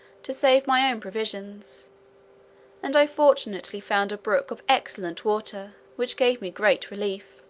to save my own provisions and i fortunately found a brook of excellent water, which gave me great relief.